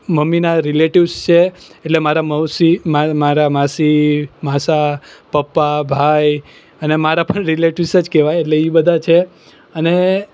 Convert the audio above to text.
મમ્મીના રિલેટિવ્ઝ છે એટલે મારાં મૌસી મારાં માસી માસા પપ્પા ભાઈ અને મારા પણ રિલેટિવ્ઝ જ કહેવાય એટલે એ બધા છે અને